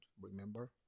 remember